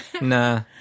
nah